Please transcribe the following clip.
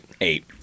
Eight